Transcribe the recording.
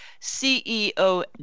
CEO